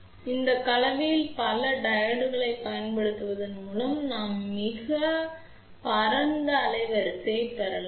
மேலும் தொடர் ஷன்ட் கலவையில் பல டையோட்களைப் பயன்படுத்துவதன் மூலம் நாம் மிகவும் பரந்த அலைவரிசையைப் பெறலாம்